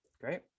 great